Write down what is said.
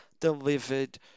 delivered